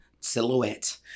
Silhouette